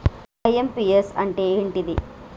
IMPS అంటే ఏంటిది?